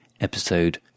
episode